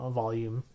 volume